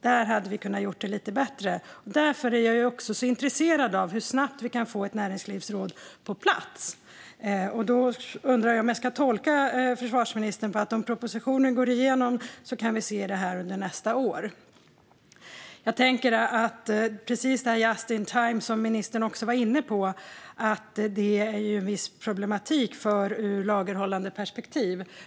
Där hade vi kunnat göra det lite bättre, och därför är jag intresserad av hur snabbt vi kan få ett näringslivsråd på plats. Jag undrar om jag ska tolka försvarsministern som att vi om propositionen går igenom kan få se detta under nästa år. Just in time, som ministern var inne på, innebär en viss problematik ur lagerhållandeperspektiv.